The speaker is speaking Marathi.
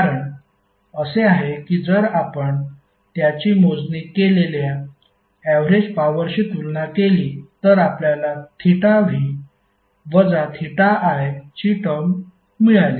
कारण असे आहे की जर आपण त्याची मोजणी केलेल्या ऍवरेज पॉवरशी तुलना केली तर आपल्याला θ V वजा θ i ची टर्म मिळाली